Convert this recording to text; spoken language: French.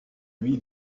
lui